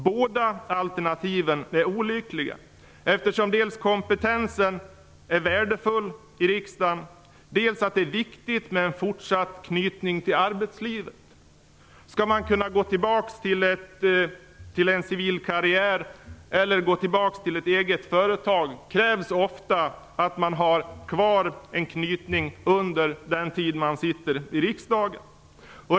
Båda alternativen är olyckliga, eftersom kompetensen är värdefull i riksdagen och det är viktigt med en fortsatt knytning till arbetslivet. Om man skall kunna gå tillbaka till en civil karriär eller ett eget företag krävs ofta att man har kvar en knytning under den tid som man sitter i riksdagen.